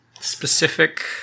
specific